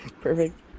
perfect